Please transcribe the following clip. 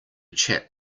chap